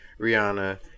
Rihanna